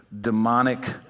demonic